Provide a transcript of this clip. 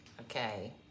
Okay